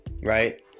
Right